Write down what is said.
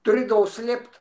turėdavau slėpt